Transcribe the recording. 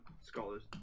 Scholars